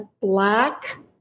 black